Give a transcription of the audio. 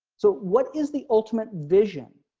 so what is the ultimate vision.